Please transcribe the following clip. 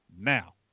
Now